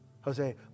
Jose